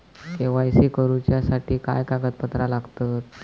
KYC करूच्यासाठी काय कागदपत्रा लागतत?